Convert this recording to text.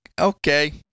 okay